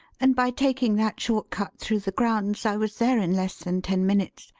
and by taking that short cut through the grounds, i was there in less than ten minutes.